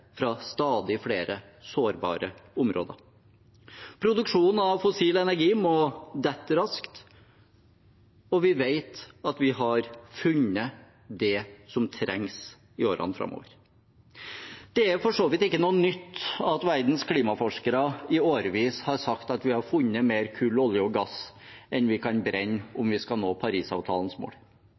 fra stadig flere sårbare områder. Produksjonen av fossil energi må falle raskt, og vi vet at vi har funnet det som trengs i årene framover. Det er for så vidt ikke noe nytt, verdens klimaforskere har i årevis sagt at vi har funnet mer kull, olje og gass enn vi kan brenne om vi skal nå Parisavtalens mål.